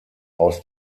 aus